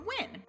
win